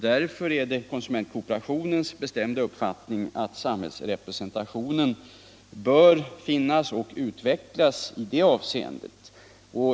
Därför är det konsumentkooperationens bestämda uppfattning att samhällsrepresentationen bör finnas och utvecklas i det sammanhanget.